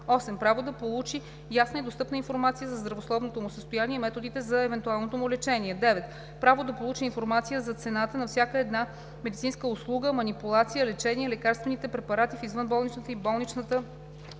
8. право да получи ясна и достъпна информация за здравословното му състояние и методите за евентуалното му лечение; 9. право да получи информация за цената на всяка една медицинска услуга, манипулация, лечение и лекарствените препарати в извънболничната и болничната